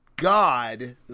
God